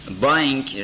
buying